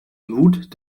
mut